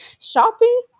shopping